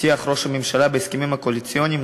ראש הממשלה הבטיח בהסכמים הקואליציוניים